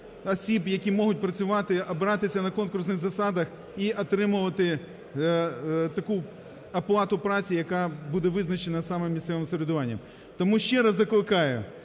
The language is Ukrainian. які можуть працювати, обиратись на конкурсних засадах і отримувати таку оплату праці, яка буде визначена саме місцевим самоврядуванням. Тому ще раз закликаю,